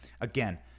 Again